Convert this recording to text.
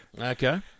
Okay